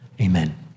amen